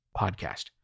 podcast